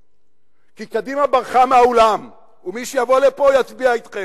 כי קדימה ברחה מהאולם ומי שיבוא לפה, יצביע אתכם.